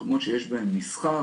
מקומות שיש בהם מסחר.